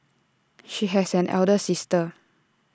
she has an elder sister